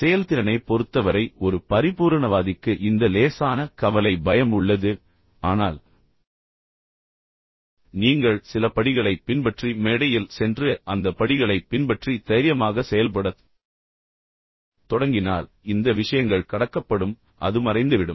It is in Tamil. செயல்திறனைப் பொறுத்தவரை ஒரு பரிபூரணவாதிக்கு இந்த லேசான கவலை பயம் உள்ளது ஆனால் நீங்கள் சில படிகளைப் பின்பற்றி மேடையில் சென்று அந்த படிகளைப் பின்பற்றி தைரியமாக செயல்படத் தொடங்கினால் இந்த விஷயங்கள் கடக்கப்படும் அது மறைந்துவிடும்